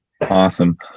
awesome